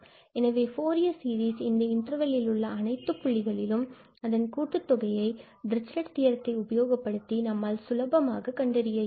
எனவே Fourier series இந்த இன்டர்வெல்லில் உள்ள அனைத்துப் புள்ளிகளிலும் அதன் கூட்டுத்தொகையை டிரிச்சிலட் தியரத்தை உபயோகப்படுத்தி நம்மால் சுலபமாக கண்டறிய இயலும்